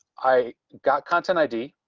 i got content id.